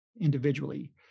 individually